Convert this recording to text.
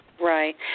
Right